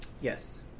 Yes